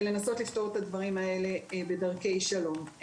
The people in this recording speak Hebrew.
לנסות לפתור את הדברים האלה בדרכי שלום.